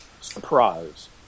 surprise